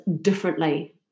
differently